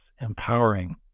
empowering